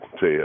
say